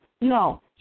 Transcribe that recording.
No